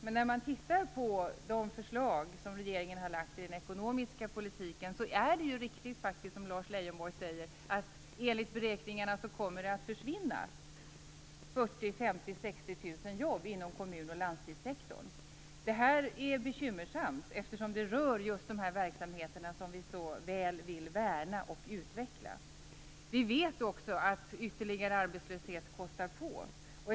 Men när man tittar på de förslag som regeringen har lagt fram om den ekonomiska politiken, är det riktigt som Lars Leijonborg säger. Enligt beräkningarna kommer det att försvinna 40 000-60 000 jobb inom kommun och landstingssektorn. Det är bekymmersamt, eftersom det rör just de verksamheter vi vill värna och utveckla. Vi vet också att ytterligare arbetslöshet kostar på.